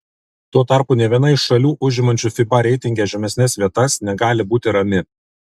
tuo tarpu nė viena iš šalių užimančių fiba reitinge žemesnes vietas negali būti rami